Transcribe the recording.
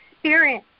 spirit